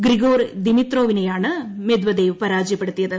Gregor ദിമിത്രോവിനെയാണ് Medvedev പരാജയപ്പെടുത്തിയത്